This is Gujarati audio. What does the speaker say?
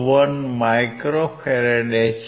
01mF છે